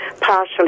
partially